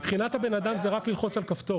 מבחינת הבן אדם, זה רק ללחוץ על כפתור.